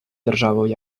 державою